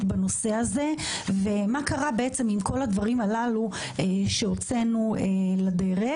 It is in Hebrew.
בנושא הזה ומה קרה עם כל הדברים שהוצאנו לדרך.